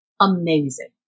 amazing